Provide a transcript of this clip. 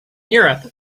europe